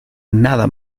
nada